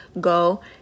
go